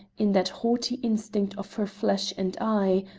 in that haughty instinct of her flesh and eye,